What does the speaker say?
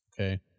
okay